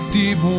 deep